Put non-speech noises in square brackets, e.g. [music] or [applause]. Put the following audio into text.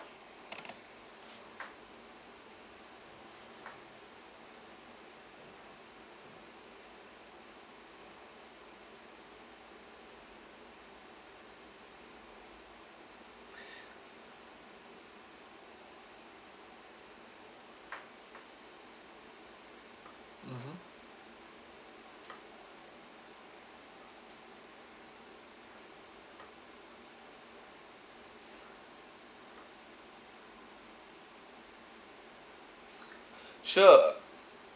[breath] mmhmm [breath] sure